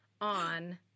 on